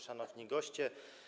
Szanowni Goście!